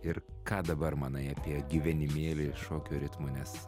ir ką dabar manai apie gyvenimėlį šokio ritmu nes